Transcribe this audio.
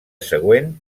següent